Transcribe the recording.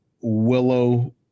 Willow